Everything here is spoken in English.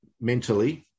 mentally